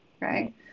right